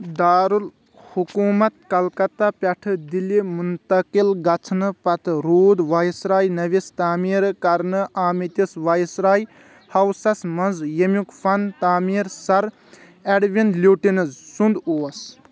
دارالحکومت کلکتہ پٮ۪ٹھٕ دِلہِ منتٔقِل گژھنہٕ پتہٕ روُد وایسراے نٔوِس تعمیٖر کٔرِنہٕ آمتِس وایسراے ہاوسس منز ییٚمیُک فنہِ تٲمیر سر ایڈون لیوٹینز سٗند اوس